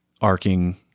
arcing